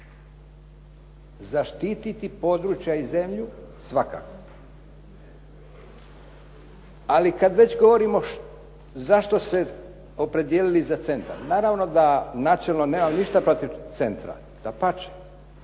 Zaštiti područja i zemlja svakako, ali kad već govorimo zašto se opredijelili za centar. Naravno da nacionalno nemam ništa protiv centra. Dapače.